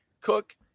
Cook